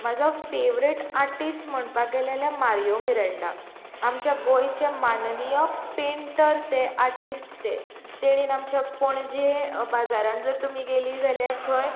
म्हजो favourite artist म्हणपाक गेल्यार मारियो मिरांडा आमच्या गोंयचे माननीय पेन्टर ते आर्टिस्ट ते तेंणी आमच्या पणजे बाजारान जर तुमी गेलीं जाल्यार थंय